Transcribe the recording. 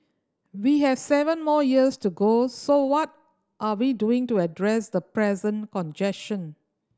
we have seven more years to go so what are we doing to address the present congestion